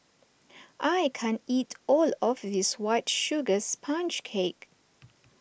I can't eat all of this White Sugar Sponge Cake